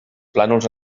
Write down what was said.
plànols